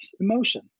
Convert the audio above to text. Emotion